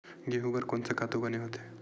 गेहूं बर कोन से खातु बने होथे?